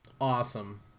awesome